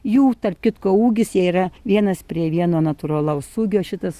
jų tarp kitko ūgis jie yra vienas prie vieno natūralaus ūgio šitas